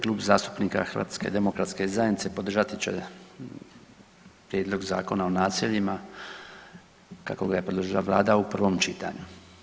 Klub zastupnika HDZ-a podržati će prijedlog Zakona o naseljima kako ga je predložila vlada u prvom čitanju.